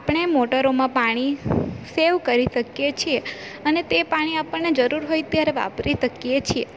આપણે મોટરોમાં પાણી સેવ કરી શકીએ છીએ અને તે પાણી આપણને જરૂર હોય ત્યારે વાપરી શકીએ છીએ